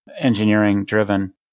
engineering-driven